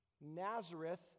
Nazareth